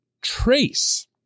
trace